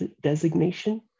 designation